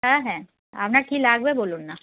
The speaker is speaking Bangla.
হ্যাঁ হ্যাঁ আপনার কী লাগবে বলুন না